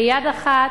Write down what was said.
ביד אחת,